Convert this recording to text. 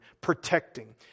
protecting